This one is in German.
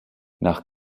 nach